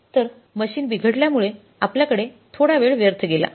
तर मशीन बिघडल्यामुळे आपल्याकडे थोडा वेळ व्यर्थ गेला